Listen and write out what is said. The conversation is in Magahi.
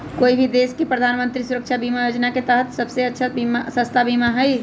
कोई भी देश के प्रधानमंत्री सुरक्षा बीमा योजना के तहत यह सबसे सस्ता बीमा हई